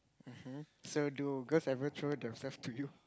[um hm] so do girls ever throw themselves to you